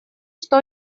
что